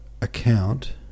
account